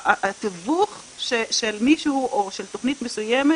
התיווך של מישהו או של תכנית מסוימת,